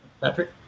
Patrick